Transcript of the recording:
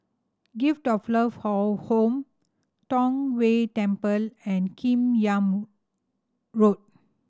Gift of Love Home Tong Whye Temple and Kim Yam Road